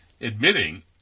admitting